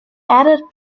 added